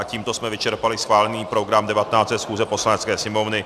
Tímto jsme vyčerpali schválený program 19. schůze Poslanecké sněmovny.